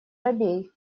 робей